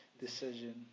decision